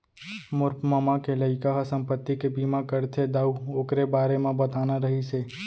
मोर ममा के लइका ह संपत्ति के बीमा करथे दाऊ,, ओकरे बारे म बताना रहिस हे